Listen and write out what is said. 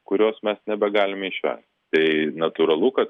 kurios mes nebegalime išvengt tai natūralu kad